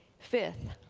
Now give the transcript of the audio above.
fifth